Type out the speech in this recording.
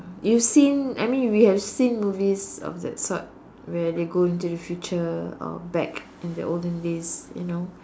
you've seen I mean we have seen movies of that sort where they go into the future or back in the olden days you know